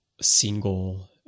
single